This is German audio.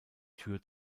tür